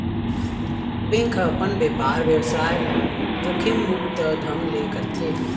bank ह अपन बेपार बेवसाय ल जोखिम मुक्त ढंग ले करथे